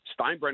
Steinbrenner